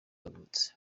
yavutse